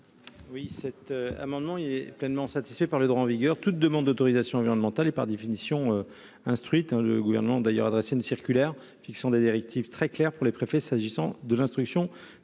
? Cet amendement est pleinement satisfait par le droit en vigueur. Toute demande d'autorisation environnementale est par définition instruite. Le Gouvernement a adressé une circulaire fixant des directives très claires aux préfets s'agissant de l'instruction